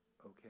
okay